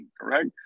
correct